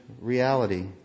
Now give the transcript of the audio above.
reality